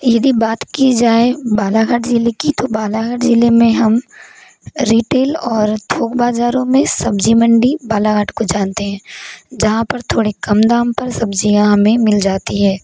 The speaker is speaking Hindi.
यदि बात की जाए बालाघाट ज़िले की तो बालाघाट ज़िले में हम रीटेल और थोक बाज़ारों में सब्ज़ी मंडी बालाघाट को जानते हैं जहाँ पर थोड़े कम दाम पर सब्ज़ियाँ हमें मिल जाती हैं